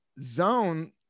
zone